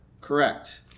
Correct